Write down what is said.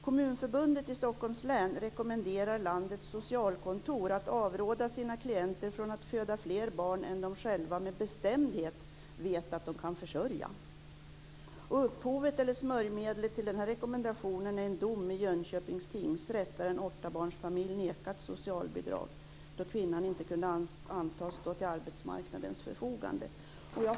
Kommunförbundet i Stockholms län rekommenderar landets socialkontor att avråda sina klienter från att föda fler barn än de själva med bestämdhet vet att de kan försörja. Upphovet eller smörjmedlet till den rekommendationen är en dom i Jönköpings tingsrätt där en åttabarnsfamilj nekats socialbidrag då kvinnan inte kunde antas stå till arbetsmarknadens förfogande.